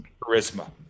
charisma